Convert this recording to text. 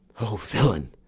o villain,